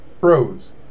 Pros